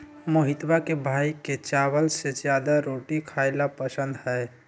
मोहितवा के भाई के चावल से ज्यादा रोटी खाई ला पसंद हई